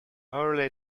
early